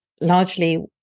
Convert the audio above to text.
largely